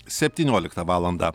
septynioliktą valandą